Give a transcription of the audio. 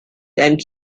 and